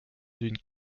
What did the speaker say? d’une